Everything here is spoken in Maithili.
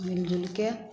मिलिजुलिके